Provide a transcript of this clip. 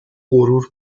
غرور